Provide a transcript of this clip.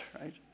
right